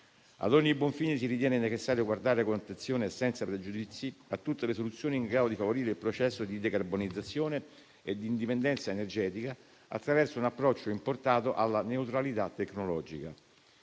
Ad ogni buon fine, si ritiene necessario guardare con attenzione e senza pregiudizi a tutte le soluzioni in grado di favorire il processo di decarbonizzazione e d'indipendenza energetica, attraverso un approccio improntato alla neutralità tecnologica.